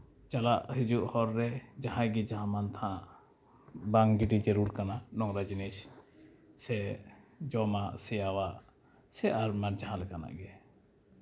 ᱪᱟᱞᱟᱜ ᱦᱤᱡᱩᱜ ᱦᱚᱨ ᱨᱮ ᱡᱟᱦᱟᱸᱭ ᱜᱮ ᱡᱟᱦᱟᱸ ᱢᱟᱱ ᱛᱟᱦᱟᱸ ᱵᱟᱝ ᱜᱤᱰᱤ ᱡᱟᱹᱨᱩᱲ ᱠᱟᱱᱟ ᱱᱳᱝᱨᱟ ᱡᱤᱱᱤᱥ ᱥᱮ ᱡᱚᱢᱟᱜ ᱥᱮᱭᱟᱣᱟᱜ ᱥᱮ ᱟᱨᱢᱟ ᱡᱟᱦᱟᱸ ᱞᱮᱠᱟᱱᱟᱜ ᱜᱮ